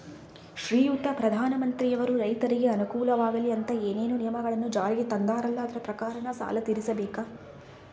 ಶ್ರೀಯುತ ಪ್ರಧಾನಮಂತ್ರಿಯವರು ರೈತರಿಗೆ ಅನುಕೂಲವಾಗಲಿ ಅಂತ ಏನೇನು ನಿಯಮಗಳನ್ನು ಜಾರಿಗೆ ತಂದಾರಲ್ಲ ಅದರ ಪ್ರಕಾರನ ಸಾಲ ತೀರಿಸಬೇಕಾ?